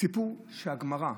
סיפור מהגמרא.